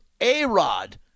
A-Rod